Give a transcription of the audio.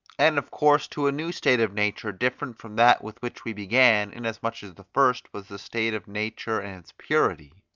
and of course to a new state of nature different from that with which we began, in as much as the first was the state of nature in its purity,